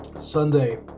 Sunday